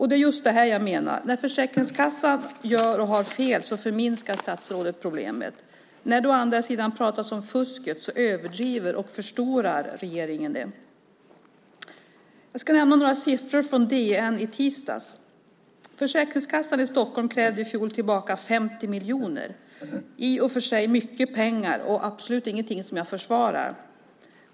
Det är just det jag menar. När Försäkringskassan å ena sidan gör och har fel förminskar statsrådet problemet. När det å andra sidan pratas om fusket överdriver och förstorar regeringen det. Jag ska nämna några siffror från DN i tisdags. Försäkringskassan i Stockholm krävde i fjol tillbaka 50 miljoner - i och för sig mycket pengar och absolut ingenting som jag försvarar.